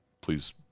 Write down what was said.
Please